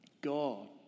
God